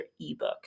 ebook